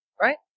right